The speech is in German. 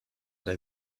der